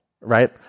right